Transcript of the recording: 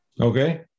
Okay